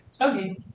Okay